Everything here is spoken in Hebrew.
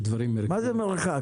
מה זה מרחק?